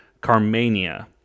Carmania